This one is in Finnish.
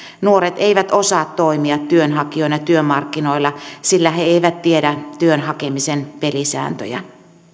nuoret eivät osaa toimia työnhakijoina työmarkkinoilla sillä he eivät tiedä työn hakemisen pelisääntöjä